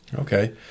okay